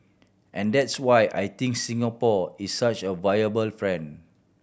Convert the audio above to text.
and that's why I think Singapore is such a viable friend